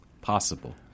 possible